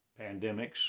Pandemics